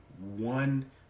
one